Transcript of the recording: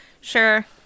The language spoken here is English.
Sure